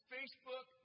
Facebook